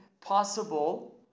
possible